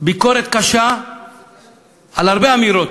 ביקורת קשה על הרבה אמירות,